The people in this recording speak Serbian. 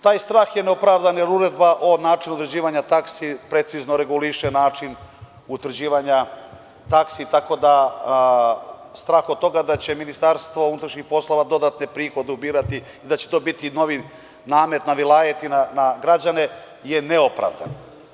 Taj strah je neopravdan, jer uredba o načinu određivanja taksi precizno reguliše način utvrđivanja taksi, tako da strah od toga da će MUP dodatne prihode ubirati, da će to biti novi namet na vilajet i na građane je neopravdan.